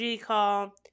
call